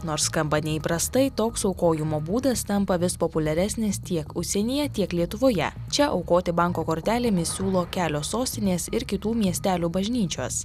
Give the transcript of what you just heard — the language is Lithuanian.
nors skamba neįprastai toks aukojimo būdas tampa vis populiaresnis tiek užsienyje tiek lietuvoje čia aukoti banko kortelėmis siūlo kelios sostinės ir kitų miestelių bažnyčios